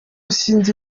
sinzi